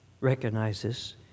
recognizes